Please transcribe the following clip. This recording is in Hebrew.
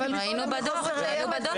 מצלמות.